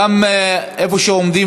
גם איפה שעומדים